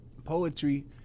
Poetry